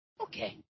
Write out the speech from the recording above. Okay